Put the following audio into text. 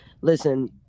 Listen